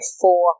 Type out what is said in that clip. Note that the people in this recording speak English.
four